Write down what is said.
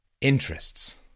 interests